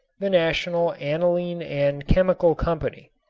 the national aniline and chemical company.